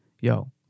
Yo